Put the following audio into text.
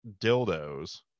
Dildos